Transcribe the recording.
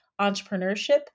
entrepreneurship